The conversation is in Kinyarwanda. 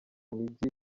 mijyi